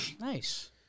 Nice